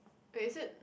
wait is it